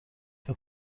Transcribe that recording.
فکر